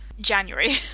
January